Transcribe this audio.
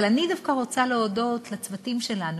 אבל אני דווקא רוצה להודות לצוותים שלנו,